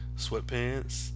sweatpants